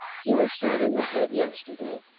he was shot in the head yesterday,